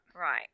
Right